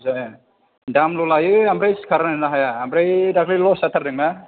जाया दामल' लायो ओमफ्राय सिखार होनोनो हाया ओमफ्राय दाख्लै लस जाथारदों ना